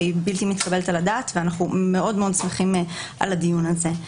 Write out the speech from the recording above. היא בלתי מתקבלת על הדעת ואנחנו מאוד-מאוד שמחים על הדיון הזה.